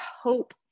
hope